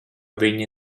viņi